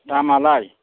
दामालाय